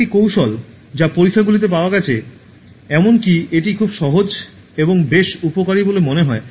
একটি কৌশল যা পরীক্ষাগুলিতে পাওয়া গেছে এমনকি এটি খুব সহজ এবং বেশ উপকারী বলে মনে হয়